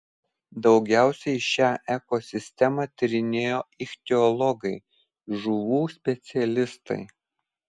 daugiausiai šią ekosistemą tyrinėjo ichtiologai žuvų specialistai